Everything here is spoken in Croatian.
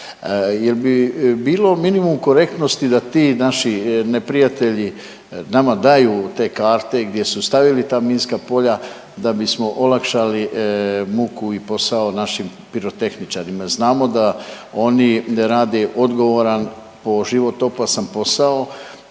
Jel' bi bilo minimum korektnosti da ti naši neprijatelji nama daju te karte gdje su stavili ta minska polja da bismo olakšali muku i posao našim pirotehničarima. Znamo da oni rade odgovaran po život opasan posao,